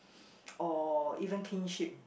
or even kinship